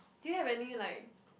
do you have any like